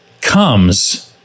comes